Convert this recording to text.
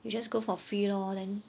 you just go for free lor then